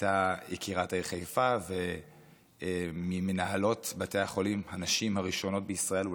הייתה יקירת העיר חיפה ומהנשים הראשונות בישראל המנהלות בתי החולים,